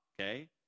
Okay